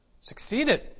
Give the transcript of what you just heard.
succeeded